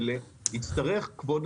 אתה נותן שירות כזה, בן?